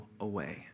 away